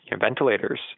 ventilators